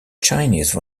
chinese